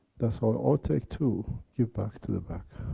that's all take two give back to the back,